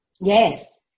Yes